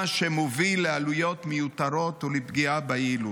מה שמוביל לעלויות מיותרות או לפגיעה ביעילות.